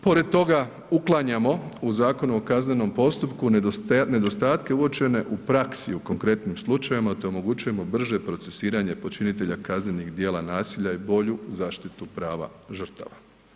Pored toga uklanjamo u Zakonu o kaznenom postupku nedostatke uočene u praksi u konkretnim slučajevima te omogućujemo brže procesuiranje počinitelja kaznenih djela nasilja i bolju zaštitu prava žrtava.